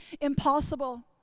impossible